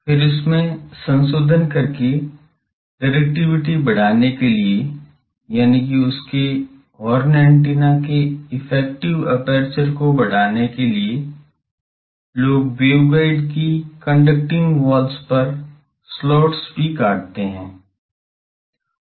फिर उसमें संशोधन करके डिरेक्टिविटी बढ़ाने के लिए यानिकि उसके हॉर्न एंटीना के इफेक्टिव अपर्चर को बढ़ाने के लिए लोग वेवगाइड की कंडक्टरिंग वाल्स पर स्लॉट्स भी काटते हैं जो स्लॉट एंटीना हैं